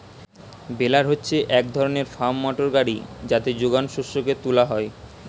বেলার হচ্ছে এক ধরণের ফার্ম মোটর গাড়ি যাতে যোগান শস্যকে তুলা হয়